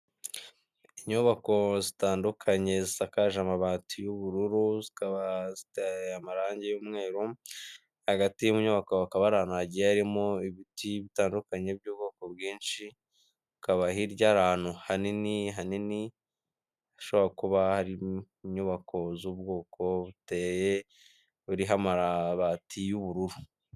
Inyubako zitandukanye zisakaje amabati y'ubururu zikaba ziteye amarangi y'umweru hagati munyubako hakaba hagiye harimo ibiti bitandukanye by'ubwoko bwinshi hakaba hirya hari ahantu hanini hanini hashobora kuba hari inyubako z'ubwoko buteye kimwe buriho amabati y'ubururu.